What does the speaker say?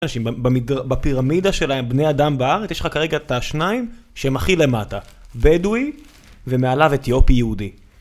אנשים בפירמידה של הבני אדם בארץ יש לך כרגע את השניים שהם הכי למטה בדואי ומעליו אתיופי יהודי